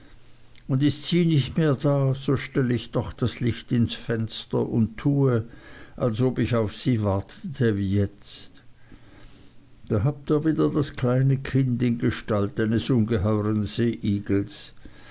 und ist sie nicht mehr da so stell ich doch das licht ins fenster und tue als ob ich auf sie wartete wie jetzt da habt ihr wieder das kleine kind in gestalt eines ungeheuern seeigels